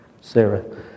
Sarah